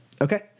Okay